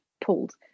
pulled